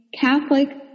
Catholic